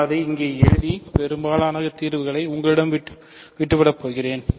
நான் அதை இங்கே எழுதி பெரும்பாலான தீர்வுகளை உங்களிடம் விட்டு விடுகிறேன்